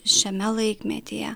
šiame laikmetyje